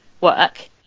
work